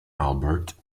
albert